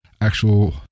actual